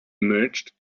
emerged